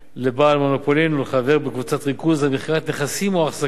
לבעל מונופולין או לחבר בקבוצת ריכוז על מכירת נכסים או אחזקות,